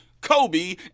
Kobe